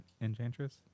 Enchantress